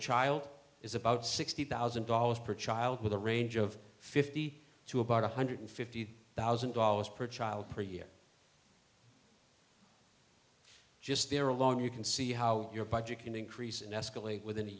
child is about sixty thousand dollars per child with a range of fifty to about one hundred fifty thousand dollars per child per year just there alone you can see how your budget can increase and escalate within